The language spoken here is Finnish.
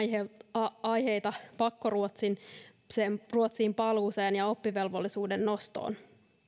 aikeita pakkoruotsiin paluuseen ja oppivelvollisuusiän nostoon